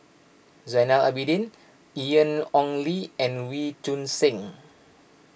Zainal Abidin Ian Ong Li and Wee Choon Seng